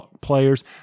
players